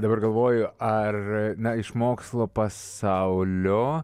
dabar galvoju ar na iš mokslo pasaulio